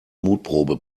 mutprobe